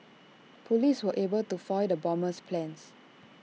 Police were able to foiled the bomber's plans